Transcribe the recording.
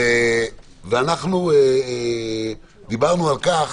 ודיברנו על כך